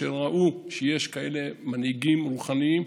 ראו שיש כאלה מנהיגים רוחניים,